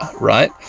right